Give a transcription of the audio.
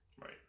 Right